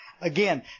Again